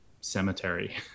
cemetery